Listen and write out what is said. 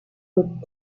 put